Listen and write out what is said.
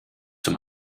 zum